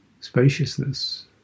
spaciousness